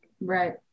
Right